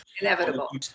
inevitable